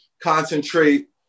concentrate